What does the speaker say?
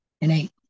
innate